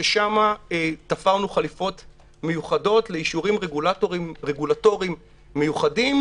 ששם תפרנו חליפות מיוחדות לאישורים רגולטוריים מיוחדים,